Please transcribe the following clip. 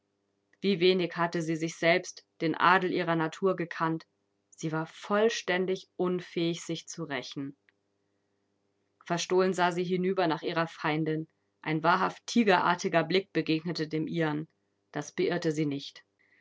wie wenig hatte sie sich selbst den adel ihrer natur gekannt sie war vollständig unfähig sich zu rächen verstohlen sah sie hinüber nach ihrer feindin ein wahrhaft tigerartiger blick begegnete dem ihren das beirrte sie nicht